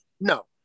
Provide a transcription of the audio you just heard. No